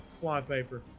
flypaper